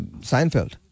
Seinfeld